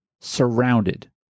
surrounded